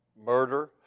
murder